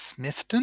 Smithton